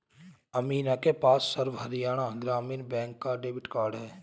अमीषा के पास सर्व हरियाणा ग्रामीण बैंक का डेबिट कार्ड है